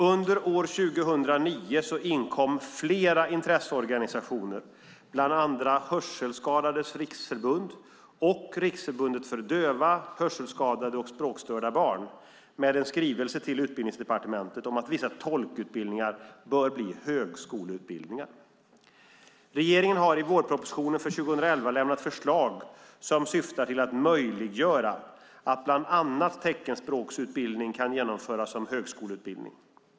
Under år 2009 inkom flera intresseorganisationer, bland andra Hörselskadades Riksförbund och Riksförbundet för döva, hörselskadade och språkstörda barn, med en skrivelse till Utbildningsdepartementet om att vissa tolkutbildningar bör bli högskoleutbildningar. Regeringen har i vårpropositionen för 2011 lämnat förslag som syftar till att möjliggöra att bland annat teckenspråksutbildning kan genomföras som högskoleutbildning.